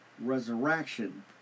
resurrection